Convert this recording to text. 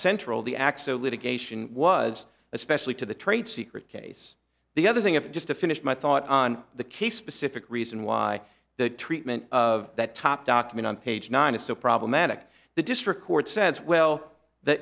central the axle litigation was especially to the trade secret case the other thing of just to finish my thought on the case specific reason why the treatment of that top document on page nine is so problematic the district court says well the